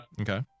Okay